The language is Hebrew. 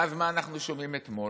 ואז מה אנחנו שומעים אתמול?